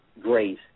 grace